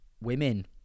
women